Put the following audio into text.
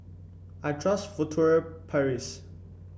I trust Furtere Paris